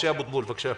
משה אבוטבול, בבקשה.